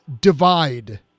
divide